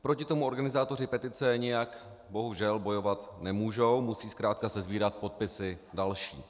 Proti tomu organizátoři petice nijak bohužel bojovat nemůžou, musí zkrátka sesbírat podpisy další.